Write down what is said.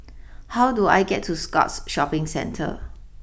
how do I get to Scotts Shopping Centre